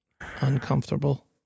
uncomfortable